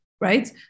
right